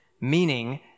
meaning